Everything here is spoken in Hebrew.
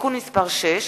(תיקון מס' 6)